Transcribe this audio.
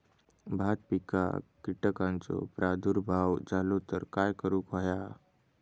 भात पिकांक कीटकांचो प्रादुर्भाव झालो तर काय करूक होया?